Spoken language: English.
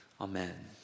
Amen